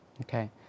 Okay